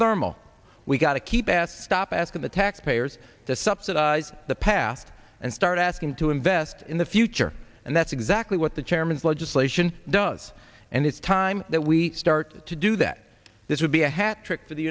thermal we gotta keep bath stop asking the taxpayers to subsidize the path and start asking to invest in the future and that's exactly what the chairman's legislation does and it's time that we start to do that this would be a hat trick to the